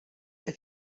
qed